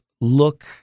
look